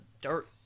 dirt